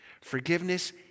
Forgiveness